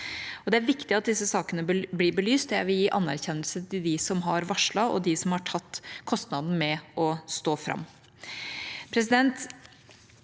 Det er viktig at disse sakene blir belyst, og jeg vil gi anerkjennelse til dem som har varslet, og til dem som har tatt kostnaden med å stå fram.